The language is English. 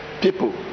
people